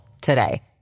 today